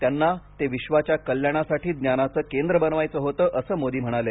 त्यांना ते विश्वाच्या कल्याणासाठी ज्ञानाचं केंद्र बनवायचं होतंअसं मोदी म्हणाले